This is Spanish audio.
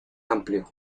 amplio